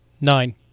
Nine